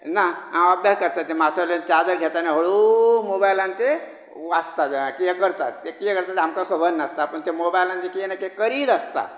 ना हांव अभ्यास करता तें माथ्यावयल्यान चादर घेता आनी होळू मॉबायलान तें वाचता कियतें करतात तें कियतें करता तें आमकां खबर नासता पण ते मॉबायलान ते कितें ना कितें करीत आसता